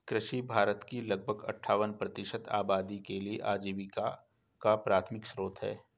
कृषि भारत की लगभग अट्ठावन प्रतिशत आबादी के लिए आजीविका का प्राथमिक स्रोत है